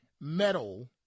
metal